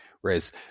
whereas